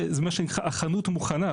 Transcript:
זה מה שנקרא: החנות מוכנה,